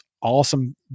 awesome